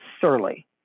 surly